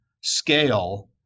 scale